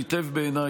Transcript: היטב בעיניי,